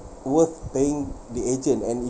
worth paying the agent and